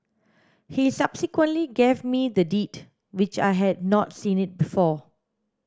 he subsequently gave me the Deed which I had not seen it before